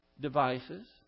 devices